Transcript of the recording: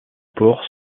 ports